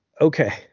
okay